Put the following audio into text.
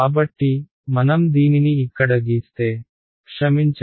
కాబట్టి మనం దీనిని ఇక్కడ గీస్తే క్షమించండి